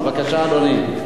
בבקשה, אדוני.